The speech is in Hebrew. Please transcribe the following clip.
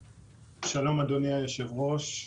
שלום, אדוני היושב-ראש.